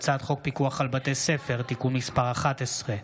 הצעת חוק פיקוח על בתי ספר (תיקון מס' 11)